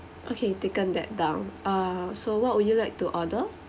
okay taken that down uh so what would you like to order